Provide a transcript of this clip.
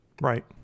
Right